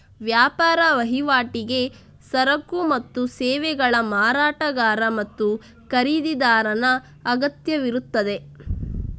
ವ್ಯಾಪಾರ ವಹಿವಾಟಿಗೆ ಸರಕು ಮತ್ತು ಸೇವೆಗಳ ಮಾರಾಟಗಾರ ಮತ್ತು ಖರೀದಿದಾರನ ಅಗತ್ಯವಿರುತ್ತದೆ